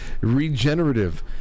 Regenerative